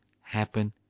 happen